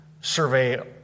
survey